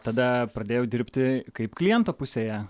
tada pradėjau dirbti kaip kliento pusėje